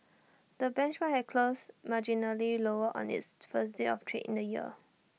the benchmark had closed marginally lower on its first day of trade in the year